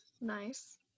nice